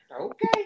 Okay